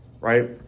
right